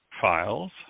files